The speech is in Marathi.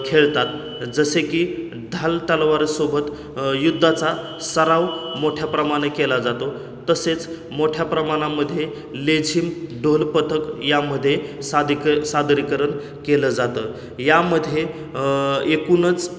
खेळतात जसे की ढाल तलवारसोबत युद्धाचा सराव मोठ्या प्रमाने केला जातो तसेच मोठ्या प्रमाणामध्ये लेझिम ढोल पथक यामध्ये सादीक सादरीकरण केलं जातं यामध्ये एकूणच